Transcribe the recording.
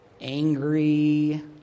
angry